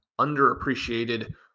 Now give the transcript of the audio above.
underappreciated